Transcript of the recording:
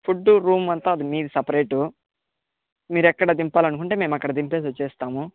food room అంతా మీది separate మీరు ఎక్కడ దింపాలనుకుంటే మేము అక్కడ దింపేసి వచ్చేస్తాము